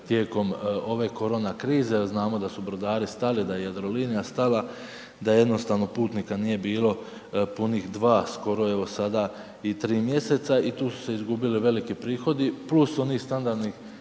tijekom ove korona krize jer znamo da su brodari stali, da je Jadrolinija stala, da jednostavno putnika nije bilo punih 2, skoro evo, sada i 3 mjeseca i tu su se izgubili veliki prihodu, plus onih standardnih